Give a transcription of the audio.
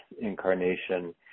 incarnation